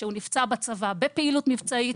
שנפצע בצבא בפעילות צבאית,